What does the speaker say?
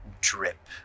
drip